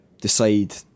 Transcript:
decide